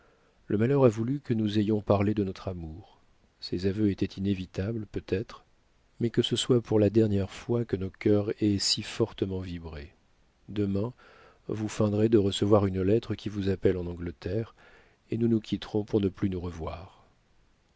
le malheur a voulu que nous ayons parlé de notre amour ces aveux étaient inévitables peut-être mais que ce soit pour la dernière fois que nos cœurs aient si fortement vibré demain vous feindrez de recevoir une lettre qui vous appelle en angleterre et nous nous quitterons pour ne plus nous revoir